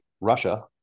Russia